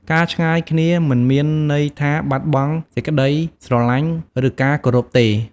ការឆ្ងាយគ្នាមិនមានន័យថាបាត់បង់សេចក្ដីស្រឡាញ់ ឬការគោរពទេ។